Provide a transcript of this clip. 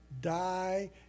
die